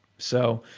so,